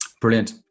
Brilliant